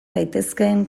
daitezkeen